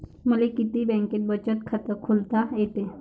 मले किती बँकेत बचत खात खोलता येते?